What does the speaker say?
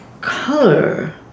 color